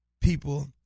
people